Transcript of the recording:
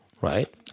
Right